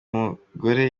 mugore